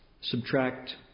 Subtract